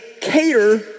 cater